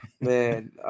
Man